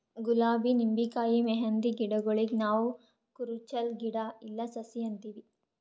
ಗುಲಾಬಿ ನಿಂಬಿಕಾಯಿ ಮೆಹಂದಿ ಗಿಡಗೂಳಿಗ್ ನಾವ್ ಕುರುಚಲ್ ಗಿಡಾ ಇಲ್ಲಾ ಸಸಿ ಅಂತೀವಿ